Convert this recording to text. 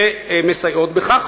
שמסייעים בכך.